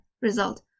Result